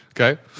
okay